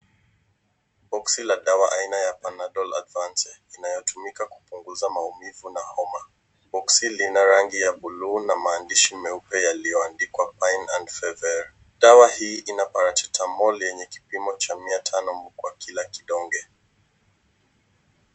Boxi la dawa aina ya PANADOL ADVANCE inayotumika kupunguza maumivu na homa. Boxi lina rangi ya bluu na maandishi meupe yaliyoandikwa pain and fever . Dawa hii ina paratitamoli chenye kipimo cha mia tano kwa kila kidonge.